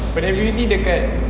kau punya I_P_P_T dekat